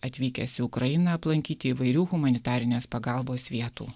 atvykęs į ukrainą aplankyti įvairių humanitarinės pagalbos vietų